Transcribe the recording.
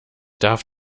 darf